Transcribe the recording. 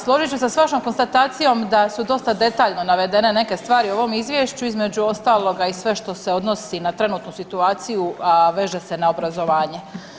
Složit ću se s vašom konstatacijom da su dosta detaljno navedene neke stvari u ovom izvješću, između ostaloga i sve što se odnosi na trenutno situaciju a veže se na obrazovanje.